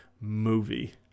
movie